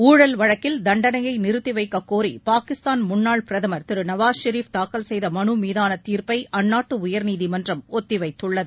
ஊழல் வழக்கில் தண்டனையை நிறுத்தி வைக்க கோரி பாகிஸ்தான் முன்னாள் பிரதமர் திரு நவாஸ் ஷெரிஃப் தாக்கல் செய்த மனு மீதான தீர்ப்பை அந்நாட்டு உயர்நீதிமன்றம் ஒத்திவைத்துள்ளது